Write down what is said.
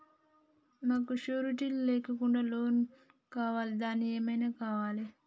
మాకు షూరిటీ లేకుండా లోన్ కావాలి దానికి ఏమేమి కావాలి?